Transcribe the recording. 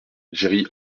jerry